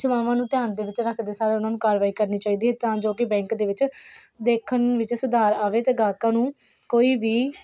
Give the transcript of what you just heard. ਸੇਵਾਵਾਂ ਨੂੰ ਧਿਆਨ ਦੇ ਵਿੱਚ ਰੱਖਦੇ ਸਾਰ ਉਹਨਾਂ ਨੂੰ ਕਾਰਵਾਈ ਕਰਨੀ ਚਾਹੀਦੀ ਤਾਂ ਜੋ ਕਿ ਬੈਂਕ ਦੇ ਵਿੱਚ ਦੇਖਣ ਵਿੱਚ ਸੁਧਾਰ ਆਵੇ ਅਤੇ ਗਾਹਕਾਂ ਨੂੰ ਕੋਈ ਵੀ